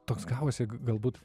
toks gavosi galbūt